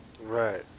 Right